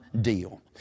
deal